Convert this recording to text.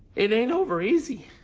it ain't over easy.